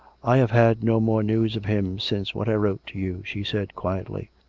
i have had no more news of him since what i wrote to you, she said quietly.